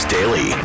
Daily